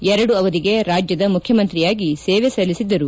ಎರಡು ಅವಧಿಗೆ ರಾಜ್ಯದ ಮುಖ್ಯಮಂತ್ರಿಯಾಗಿ ಸೇವೆ ಸಲ್ಲಿಸಿದ್ದರು